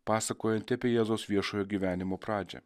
pasakojanti apie jėzaus viešojo gyvenimo pradžią